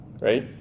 right